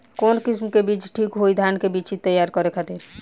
कवन किस्म के बीज ठीक होई धान के बिछी तैयार करे खातिर?